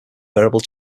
variable